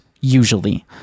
usually